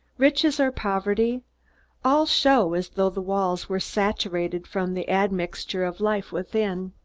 riches or poverty all show as though the walls were saturated from the admixture of life within.